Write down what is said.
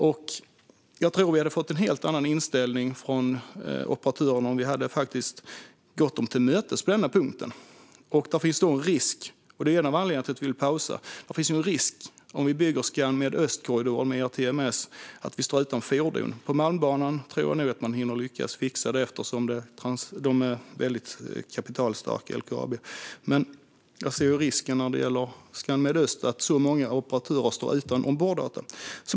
Jag tror att operatörerna hade haft en helt annan inställning om vi på denna punkt hade gått dem till mötes. En av anledningarna till att vi vill pausa är att det finns en risk att vi står utan fordon om vi bygger Scanmed Öst-korridoren med ERTMS. På Malmbanan tror jag nog att man hinner lyckas fixa detta, eftersom LKAB är väldigt kapitalstarkt. Jag ser dock en risk med Scanmed Öst eftersom så många operatörer står utan omborddata.